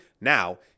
now